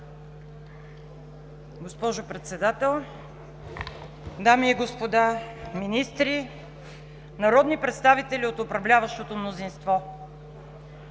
Госпожо Председател, дами и господа министри, народни представители от управляващото мнозинство!